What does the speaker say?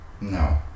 No